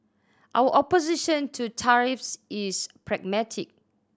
our opposition to tariffs is pragmatic